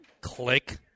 click